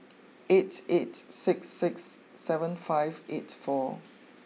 eight eight six six seven five eight four